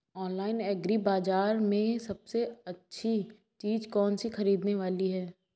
Online agri बाजार में सबसे अच्छी चीज कौन सी ख़रीदने वाली है?